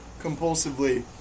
compulsively